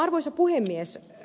arvoisa puhemies